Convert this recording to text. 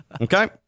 Okay